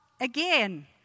again